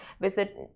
visit